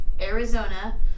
Arizona